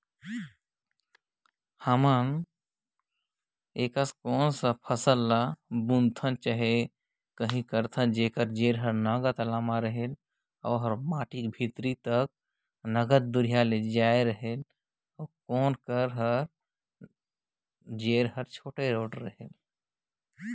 कोनों फसिल के जेर हर बड़खा रथे जेकर माटी के भीतरी तक ढूँके रहथे त कोनो के नानबड़ रहथे